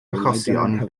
achosion